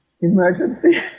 emergency